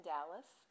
Dallas